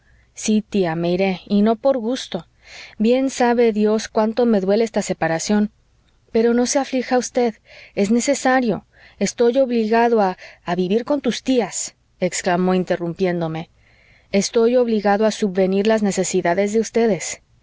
sí tía me iré y no por gusto bien sabe dios cuánto me duele esta separación pero no se aflija usted es necesario estoy obligado a a vivir con tus tías exclamó interrumpiéndome estoy obligado a subvenir a las necesidades de ustedes